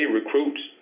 recruits